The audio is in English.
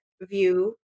view